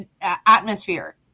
atmosphere